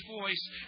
voice